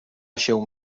się